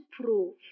prove